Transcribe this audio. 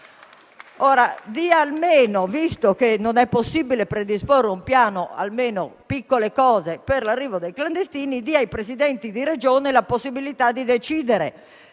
Ora, visto che non è possibile predisporre un piano o almeno piccole cose per l'arrivo dei clandestini, si dia ai presidenti di Regione la possibilità di decidere